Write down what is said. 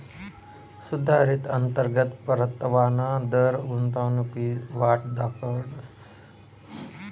सुधारित अंतर्गत परतावाना दर गुंतवणूकनी वाट दखाडस